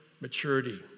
maturity